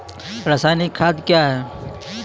रसायनिक खाद कया हैं?